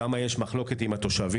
שם יש מחלוקת עם התושבים.